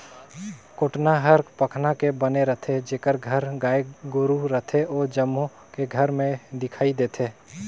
कोटना हर पखना के बने रथे, जेखर घर गाय गोरु रथे ओ जम्मो के घर में दिखइ देथे